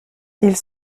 ils